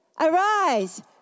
Arise